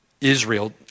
Israel